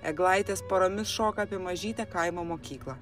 eglaitės poromis šoka apie mažytę kaimo mokyklą